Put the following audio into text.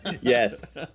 Yes